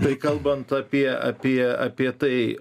tai kalbant apie apie apie tai